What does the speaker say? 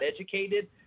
educated